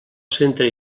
centre